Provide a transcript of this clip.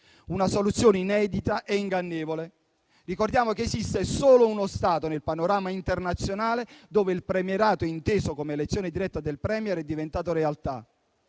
una soluzione inedita e ingannevole. Ricordiamo che esiste solo uno Stato nel panorama internazionale dove il premierato, inteso come elezione diretta del *Premier*, è diventato realtà